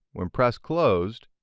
when pressed closed,